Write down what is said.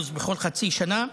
בכל חצי שנה,